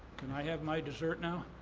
can i have my dessert now?